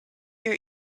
your